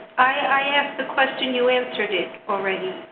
i asked the question, you answered it already.